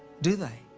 do they?